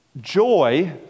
Joy